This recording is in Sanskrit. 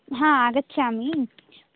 हा आगच्छामि